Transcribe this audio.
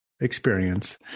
experience